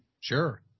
Sure